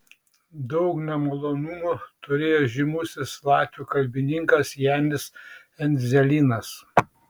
daug nemalonumų turėjo žymusis latvių kalbininkas janis endzelynas